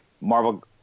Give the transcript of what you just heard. Marvel